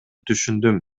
түшүндүм